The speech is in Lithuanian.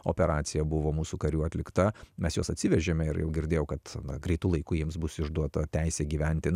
operacija buvo mūsų karių atlikta mes juos atsivežėme ir jau girdėjau kad greitu laiku jiems bus išduota teisė gyventi